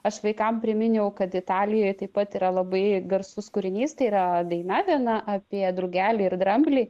aš vaikam priminiau kad italijoj taip pat yra labai garsus kūrinys tai yra daina viena apie drugelį ir dramblį